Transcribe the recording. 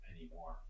anymore